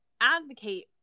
advocate